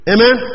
Amen